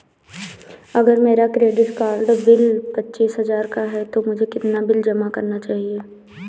अगर मेरा credit card bill पच्चीस हजार का है तो मुझे कितना बिल जमा करना चाहिए?